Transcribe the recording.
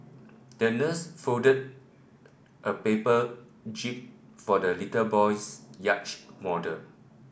the nurse folded a paper jib for the little boy's yacht model